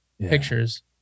pictures